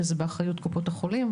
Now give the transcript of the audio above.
שזה באחריות קופות החולים,